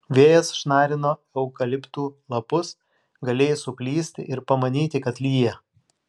vėjas šnarino eukaliptų lapus galėjai suklysti ir pamanyti kad lyja